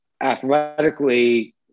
athletically